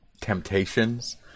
temptations